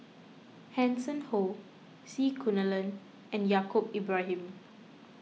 Hanson Ho C Kunalan and Yaacob Ibrahim